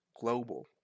Global